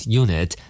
unit